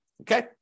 okay